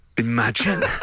Imagine